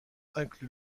inclut